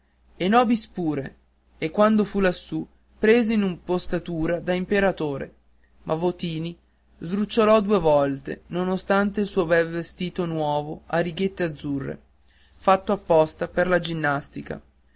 e nobis pure e quando fu lassù prese un'impostatura da imperatore ma votini sdrucciolò due volte nonostante il suo bel vestito nuovo a righette azzurre fatto apposta per la ginnastica